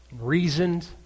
reasoned